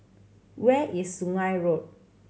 where is Sungei Road